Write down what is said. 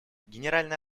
генеральная